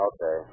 Okay